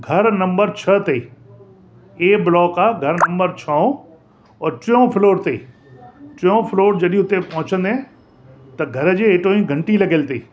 घरु नम्बर छह अथेई ए ब्लॉक आहे घरु नम्बर छओं ऐं टियों फ्लॉर अथेई टियों फ्लॉर जॾहिं हुते पहुचंदे त घर जे हेठां ई घंटी लॻियल अथेई